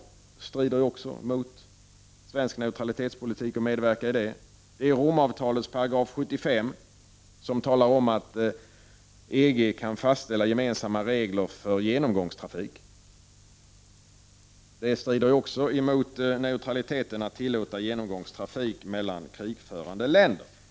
Det strider också mot svensk neutralitetspolitik att medverka till det. I Romavtalets 75 § talas om att EG kan fastställa gemensamma regler för genomgångstrafik. Det strider också mot neutraliteten, att tillåta genomgångstrafik mellan krigförande länder.